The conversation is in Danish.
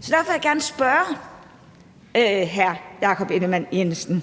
så derfor vil jeg gerne spørge hr. Jakob Ellemann-Jensen,